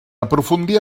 aprofundir